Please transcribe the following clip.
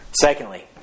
Secondly